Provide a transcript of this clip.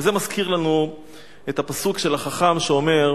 וזה מזכיר לנו את הפסוק של החכם שאומר: